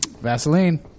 Vaseline